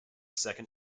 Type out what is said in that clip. second